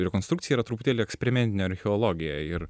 rekonstrukcija yra truputėlį eksperimentinė archeologija ir